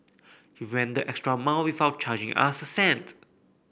he went the extra mile without charging us a cent